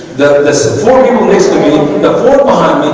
the the support even excavating the